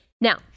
Now